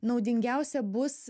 naudingiausia bus